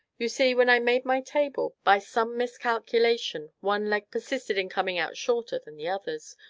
you see, when i made my table, by some miscalculation, one leg persisted in coming out shorter than the others,